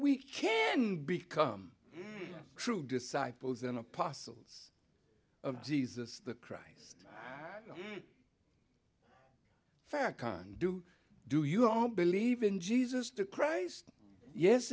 we can become true disciples and apostles of jesus christ fac on do do you all believe in jesus christ yes